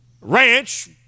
ranch